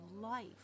life